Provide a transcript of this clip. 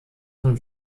von